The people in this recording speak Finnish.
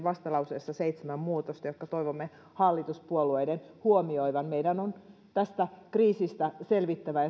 vastalauseessa seitsemän muutosta jotka toivomme hallituspuolueiden huomioivan meidän on tästä kriisistä selvittävä